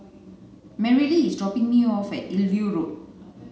Marilee is dropping me off at Hillview Road